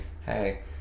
hey